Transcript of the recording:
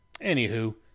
Anywho